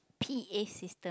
P_A system